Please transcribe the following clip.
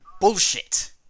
bullshit